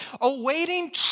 awaiting